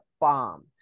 bomb